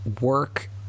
work